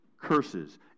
curses